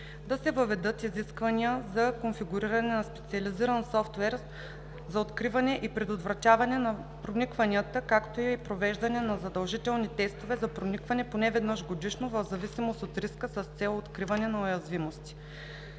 да се въведат изисквания за конфигуриране на специализиран софтуер за откриване и предотвратяване на проникванията, както и провеждане на задължителни тестове за проникване поне веднъж годишно в зависимост от риска, с цел откриване на уязвимости;